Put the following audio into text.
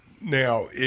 Now